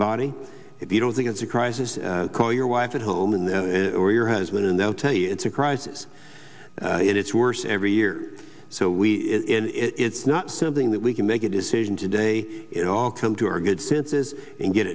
body if you don't think it's a crisis call your wife at home and or your husband and they'll tell you it's a crisis it's worse every year so we it's not something that we can make a decision today it all come to our good senses and get